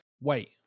wait